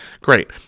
Great